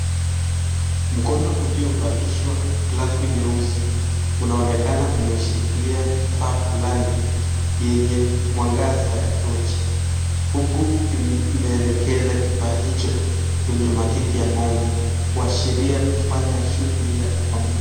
Mkono uliovalishwa glavu nyeusi unaonekana umeshikilia kifaa fulani yenye mwangaza wa tochi huku inaelekeza kifaa hicho kwenye matiti ya ng'ombe kuashiria kufanya shughuli ya kukamua.